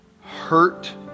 hurt